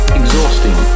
exhausting